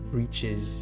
reaches